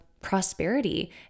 prosperity